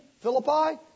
Philippi